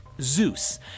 Zeus